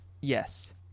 Yes